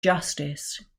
justice